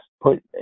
put